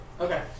Okay